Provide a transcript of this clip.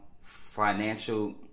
financial